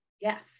Yes